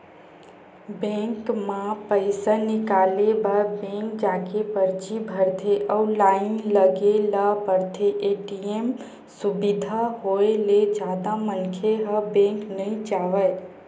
bank म पइसा निकाले बर बेंक जाके परची भरथे अउ लाइन लगे ल परथे, ए.टी.एम सुबिधा होय ले जादा मनखे ह बेंक नइ जावय